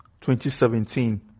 2017